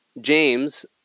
James